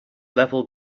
level